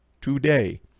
today